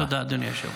תודה, אדוני היושב-ראש.